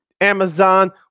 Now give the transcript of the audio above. Amazon